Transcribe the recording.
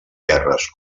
guerres